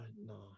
No